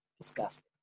disgusting